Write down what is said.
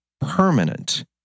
permanent